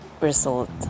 result